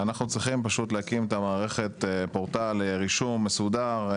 צריכים להקים את המערכת, פורטל רישום מסודר.